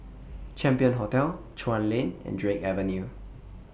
Champion Hotel Chuan Lane and Drake Avenue